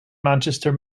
manchester